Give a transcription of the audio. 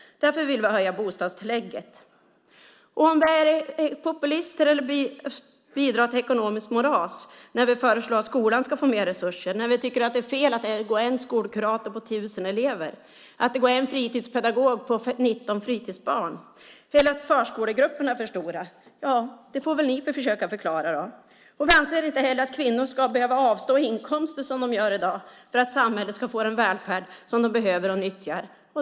Därför vill vi höja bostadstillägget. Om vi är populister eller bidrar till ekonomiskt moras när vi föreslår att skolan ska få mer resurser, när vi tycker att det är fel att det är en skolkurator på 1 000 elever, att det går en fritidspedagog på 19 fritidsbarn för att förskolegrupperna är för stora, ja, det får ni försöka förklara. Vi anser inte heller att kvinnor ska behöva avstå inkomster, som de gör i dag, för att samhället ska få en välfärd som man behöver och nyttjar.